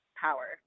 power